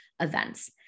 events